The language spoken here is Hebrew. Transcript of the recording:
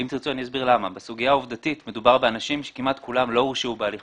מדובר באנשים שכמעט כולם לא הורשעו בהליך